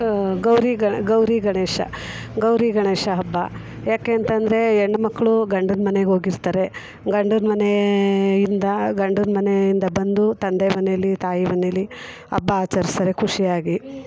ಗೌರಿ ಗೌರಿ ಗಣೇಶ ಗೌರಿ ಗಣೇಶ ಹಬ್ಬ ಯಾಕೆ ಅಂತಂದ್ರೆ ಹೆಣ್ಮಕ್ಳು ಗಂಡನ ಮನೆಗೆ ಹೋಗಿರ್ತಾರೆ ಗಂಡನ ಮನೆಯಿಂದ ಗಂಡನ ಮನೆಯಿಂದ ಬಂದು ತಂದೆ ಮನೆಯಲ್ಲಿ ತಾಯಿ ಮನೆಯಲ್ಲಿ ಹಬ್ಬ ಆಚರಿಸ್ತಾರೆ ಖುಷಿಯಾಗಿ